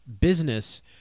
business